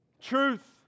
Truth